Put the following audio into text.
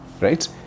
right